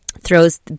throws